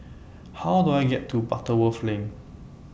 How Do I get to Butterworth Lane